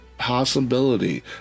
possibility